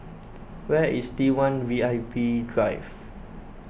where is T one V I P Drive